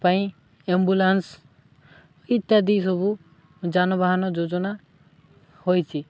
ପାଇଁ ଆମ୍ବୁଲାନ୍ସ ଇତ୍ୟାଦି ସବୁ ଯାନବାହାନ ଯୋଜନା ହୋଇଛି